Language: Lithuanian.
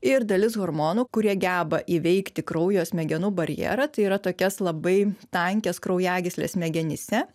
ir dalis hormonų kurie geba įveikti kraujo smegenų barjerą tai yra tokias labai tankias kraujagysles smegenyse